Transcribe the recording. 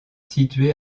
situé